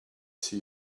see